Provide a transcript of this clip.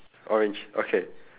orange okay